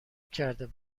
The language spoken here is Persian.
کرده